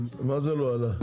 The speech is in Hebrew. מה זה לא עלה?